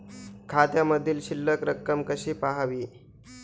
खात्यामधील शिल्लक रक्कम कशी पहावी?